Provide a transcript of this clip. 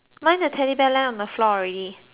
land on the floor already